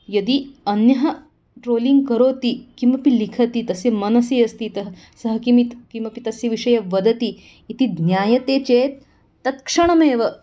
यदि अन्यः ट्रोलिङ्ग् करोति किमपि लिखति तस्य मनसि अस्ति तः सः किमिति किमपि तस्य विषये वदति इति ज्ञायते चेत् तत्क्षणमेव